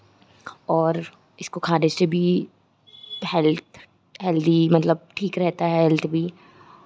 और इसको खाने से भी हेल्थ हेल्दी मतलब ठीक रहता है हेल्थ भी